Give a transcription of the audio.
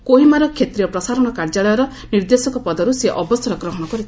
କୋହିମାର କ୍ଷେତ୍ରୀୟ ପ୍ରସାରଣ କାର୍ଯ୍ୟାଳୟର ନିର୍ଦ୍ଦେଶକ ପଦର୍ ସେ ଅବସର ଗ୍ରହଣ କରିଥିଲେ